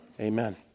amen